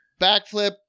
Backflip